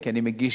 כי אני מגיש,